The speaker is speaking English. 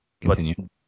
continue